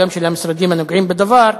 גם של המשרדים הנוגעים בדבר,